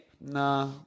Nah